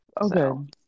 Okay